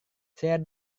saya